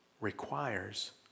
requires